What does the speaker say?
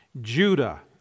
Judah